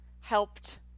helped